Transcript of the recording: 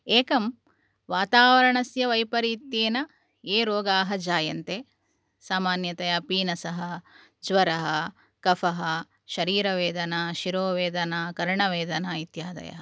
एकं वातावरणस्य वैपरीत्येन ये रोगाः जायन्ते सामान्यतया पीनसः ज्वरः कफः शरीरवेदना शिरोवेदना कर्णवेदना इत्यादयः